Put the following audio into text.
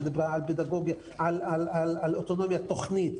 שדיברה על אוטונומיה תוכנית.